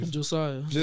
Josiah